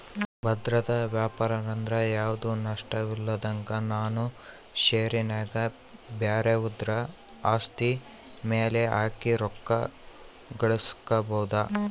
ಭದ್ರತಾ ವ್ಯಾಪಾರಂದ್ರ ಯಾವ್ದು ನಷ್ಟಇಲ್ದಂಗ ನಾವು ಷೇರಿನ್ಯಾಗ ಬ್ಯಾರೆವುದ್ರ ಆಸ್ತಿ ಮ್ಯೆಲೆ ಹಾಕಿ ರೊಕ್ಕ ಗಳಿಸ್ಕಬೊದು